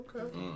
Okay